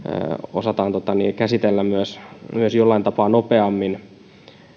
osataan myös käsitellä jollain tapaa nopeammin